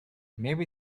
maybe